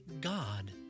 God